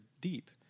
deep